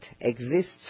exists